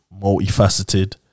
multifaceted